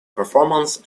performance